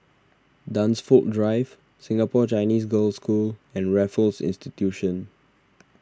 Dunsfold Drive Singapore Chinese Girls' School and Raffles Institution